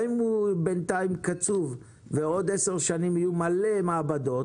גם אם הוא בינתיים קצוב ובעוד עשר שנים יהיו מלא מעבדות,